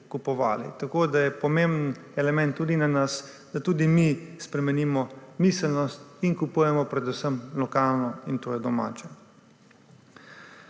kupovali. Tako da je pomemben element tudi na nas, da tudi mi spremenimo miselnost in kupujemo predvsem lokalno, in to je domače.